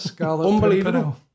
Unbelievable